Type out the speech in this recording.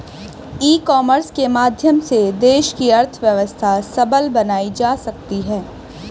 ई commerce के माध्यम से देश की अर्थव्यवस्था सबल बनाई जा सकती है